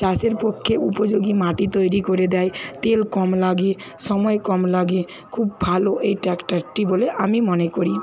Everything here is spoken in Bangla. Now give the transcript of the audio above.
চাষের পক্ষে উপযোগী মাটি তৈরি করে দেয় তেল কম লাগে সময় কম লাগে খুব ভালো এই ট্র্যাক্টরটি বলে আমি মনে করি